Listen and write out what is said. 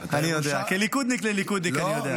כליכודניק לליכודניק, אני יודע.